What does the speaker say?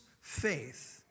faith